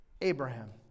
Abraham